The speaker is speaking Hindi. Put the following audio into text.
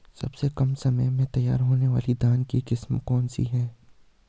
सबसे कम समय में तैयार होने वाली धान की किस्म कौन सी है?